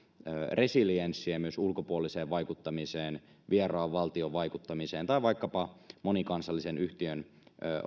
resilienssiä myös ulkopuoliseen vaikuttamiseen vieraan valtion vaikuttamiseen tai vaikkapa monikansallisen yhtiön